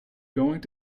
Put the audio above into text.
going